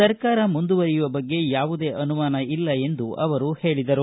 ಸರ್ಕಾರ ಮುಂದುವರಿಯುವ ಬಗ್ಗೆ ಯಾವುದೇ ಅನುಮಾನ ಇಲ್ಲ ಎಂದು ಅವರು ಹೇಳಿದರು